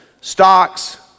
stocks